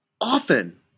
often